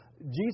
Jesus